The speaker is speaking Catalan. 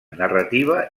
narrativa